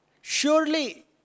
Surely